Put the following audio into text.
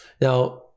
Now